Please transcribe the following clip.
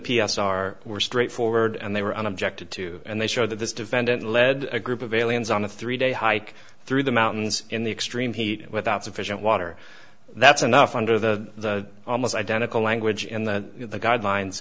s are were straight forward and they were on objected to and they showed that this defendant led a group of aliens on a three day hike through the mountains in the extreme heat without sufficient water that's enough under the almost identical language in the guidelines